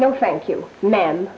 no thank you man